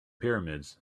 pyramids